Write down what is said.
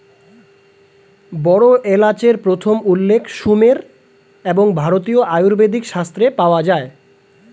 বড় এলাচের প্রথম উল্লেখ সুমের এবং ভারতীয় আয়ুর্বেদিক শাস্ত্রে পাওয়া যায়